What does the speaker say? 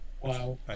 Wow